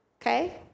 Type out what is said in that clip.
Okay